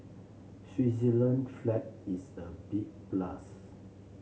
Switzerland flag is a big plus